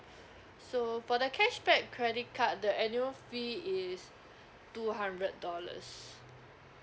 so for the cashback credit card the annual fee is two hundred dollars